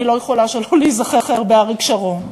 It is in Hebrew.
אני לא יכולה שלא להיזכר באריק שרון,